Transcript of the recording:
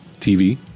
tv